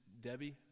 Debbie